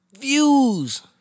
Views